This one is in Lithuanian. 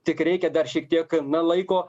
tik reikia dar šiek tiek na laiko